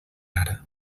ara